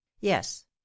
yes